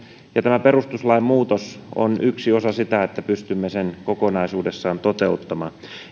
ja tämä perustuslain muutos on yksi osa sitä että pystymme sen kokonaisuudessaan toteuttamaan